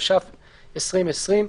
התש"ף-2020,